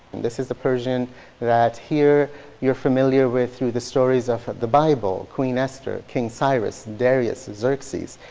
this is the persian that here you're familiar with through the stories of the bible, queen esther, king cyrus, darius, xerxes.